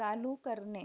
चालू करणे